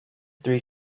three